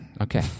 Okay